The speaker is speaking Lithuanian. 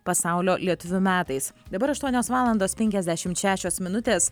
pasaulio lietuvių metais dabar aštuonios valandos penkiasdešimt šešios minutės